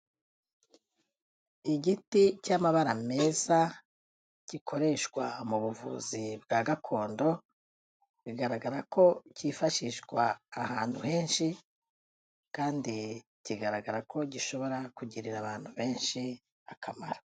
Igiti cy'amabara meza, gikoreshwa mu buvuzi bwa gakondo, bigaragara ko cyifashishwa ahantu henshi kandi kigaragara ko gishobora kugirira abantu benshi akamaro.